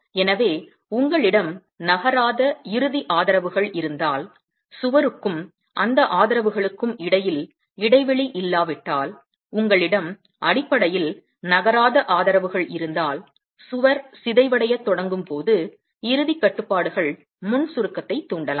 எனவே உங்களிடம் நகராத இறுதி ஆதரவுகள் இருந்தால் சுவருக்கும் அந்த ஆதரவுகளுக்கும் இடையில் இடைவெளி இல்லாவிட்டால் உங்களிடம் அடிப்படையில் நகராத ஆதரவுகள் இருந்தால் சுவர் சிதைவடையத் தொடங்கும் போது இறுதிக் கட்டுப்பாடுகள் முன் சுருக்கத்தைத் தூண்டலாம்